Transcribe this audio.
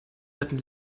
retten